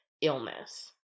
illness